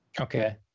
Okay